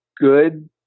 good